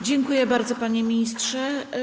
Dziękuję bardzo, panie ministrze.